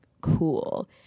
cool